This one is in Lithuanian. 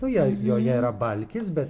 o jei joje yra balkis bet